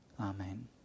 Amen